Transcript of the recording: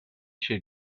chez